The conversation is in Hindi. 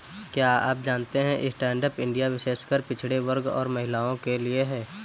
क्या आप जानते है स्टैंडअप इंडिया विशेषकर पिछड़े वर्ग और महिलाओं के लिए है?